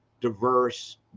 diverse